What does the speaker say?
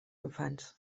infants